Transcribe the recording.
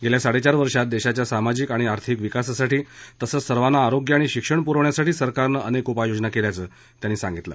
गेल्या साडेचार वर्षात देशाच्या सामाजिक आणि आर्थिक विकासासाठी तसंच सर्वांना आरोग्य आणि शिक्षण पुरवण्यासाठी सरकारनं अनेक उपाययोजना केल्याचं त्यांनी सांगितलं